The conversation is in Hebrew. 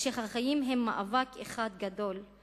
ושהחיים הם מאבק אחד גדול.